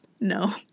No